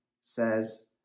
says